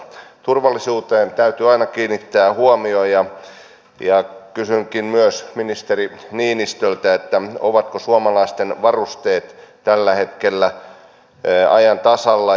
turvallisuuteen täytyy aina kiinnittää huomiota ja kysynkin myös ministeri niinistöltä ovatko suomalaisten varusteet tällä hetkellä ajan tasalla